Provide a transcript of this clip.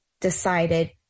decided